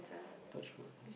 touch wood lah